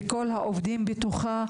על כל העובדים בתוכה,